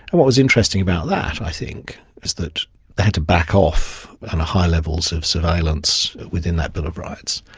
what was interesting about that i think is that they had to back off on high levels of surveillance within that bill of rights.